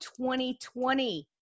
2020